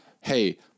hey